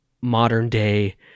modern-day